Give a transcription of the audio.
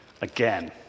again